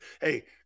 Hey